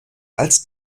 als